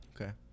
okay